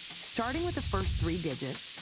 starting with the first three digits,